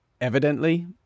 evidently